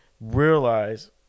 realize